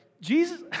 Jesus